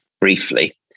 briefly